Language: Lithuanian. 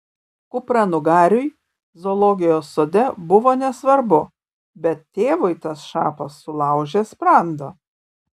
kupranugariui zoologijos sode buvo nesvarbu bet tėvui tas šapas sulaužė sprandą